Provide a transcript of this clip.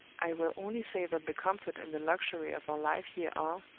i will only say that the comfort and the luxury of our life here are,